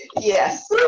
Yes